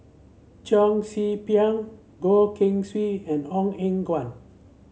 Cheong Si Pieng Goh Keng Swee and Ong Eng Guan